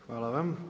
Hvala vam.